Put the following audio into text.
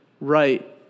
right